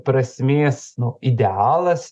prasmės nu idealas